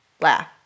laugh